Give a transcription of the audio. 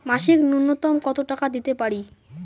মাসিক নূন্যতম কত টাকা দিতে পারি?